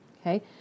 Okay